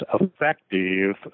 effective